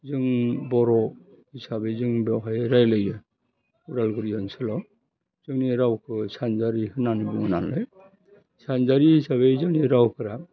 जों बर' हिसाबै जों बावहाय रायलायो उदालगुरि ओनसोलाव जोंनि रावखौ सानजारि होननानै बुङो नालाय सानजारि हिसाबै जोंनि रावफ्रा